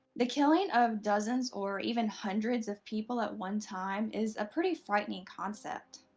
the killing of dozens or even hundreds of people at one time is a pretty frightening concept,